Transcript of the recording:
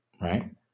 right